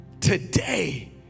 Today